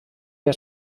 der